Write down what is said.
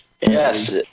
Yes